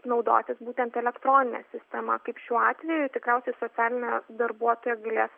naudotis būtent elektronine sistema kaip šiuo atveju tikriausiai socialinė darbuotoja galės